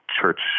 church